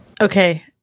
okay